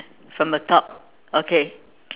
from the top okay